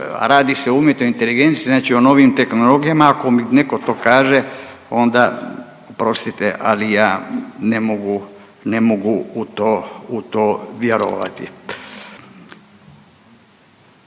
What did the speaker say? radi se o umjetnoj inteligenciji, znači o novim tehnologijama ako mi neko to kaže onda oprostite, ali ja ne mogu u to vjerovati.